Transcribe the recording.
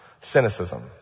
cynicism